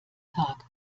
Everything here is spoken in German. tag